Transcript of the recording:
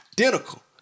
identical